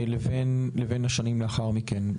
לבין השנים לאחר מכן.